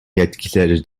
yetkileri